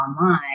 online